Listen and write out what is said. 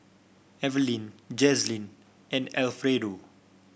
Evaline Jazlyn and Alfredo